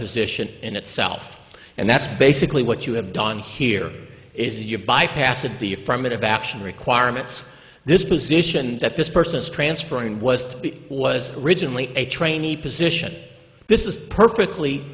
position in itself and that's basically what you have done here is your bypass would be affirmative action requirements this position that this person is transferring was to was originally a trainee position this is perfectly